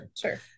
Sure